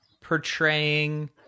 portraying